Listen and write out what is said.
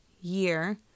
year